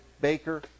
Baker